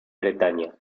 bretaña